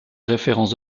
références